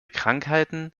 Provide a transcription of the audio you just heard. krankheiten